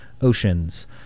Oceans